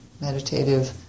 meditative